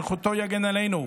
זכותו יגן עלינו,